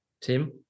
Tim